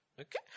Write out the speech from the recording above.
okay